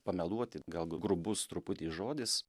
pameluoti gal grubus truputį žodis